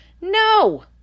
No